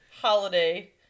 holiday